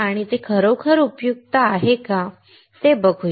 आणि ते खरोखर उपयुक्त का आहे